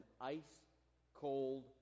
ice-cold